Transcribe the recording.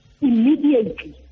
immediately